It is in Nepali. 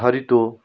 छरितो